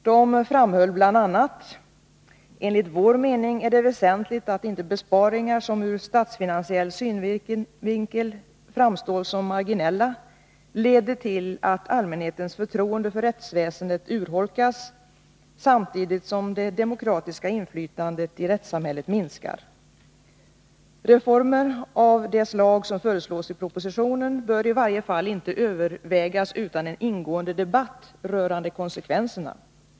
De framhöll bl.a. ”Enligt vår mening är det väsentligt att inte besparingar som ur statsfinansiell synvinkel framstår som marginella leder till att allmänhetens förtroende för rättsväsendet urholkas samtidigt som det demokratiska inflytandet i rättssamhället minskar. Reformer av det slag som föreslås i propositionen bör i varje fall inte övervägas utan en ingående debatt rörande konsekvenserna.